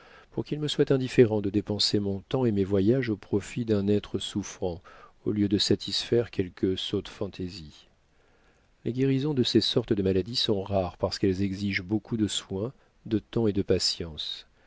pour qu'il me soit indifférent de dépenser mon temps et mes voyages au profit d'un être souffrant au lieu de satisfaire quelques sottes fantaisies les guérisons de ces sortes de maladies sont rares parce qu'elles exigent beaucoup de soins de temps et de patience